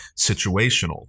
situational